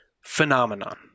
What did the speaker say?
phenomenon